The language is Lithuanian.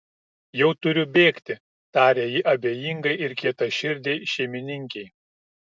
jau turiu bėgti tarė ji abejingai ir kietaširdei šeimininkei